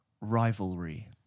Rivalry